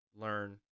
learn